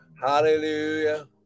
Hallelujah